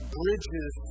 bridges